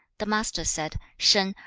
the master said, shan,